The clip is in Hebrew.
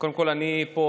קודם כול אני פה,